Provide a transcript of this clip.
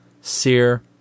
Sear